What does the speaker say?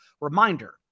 reminder